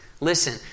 listen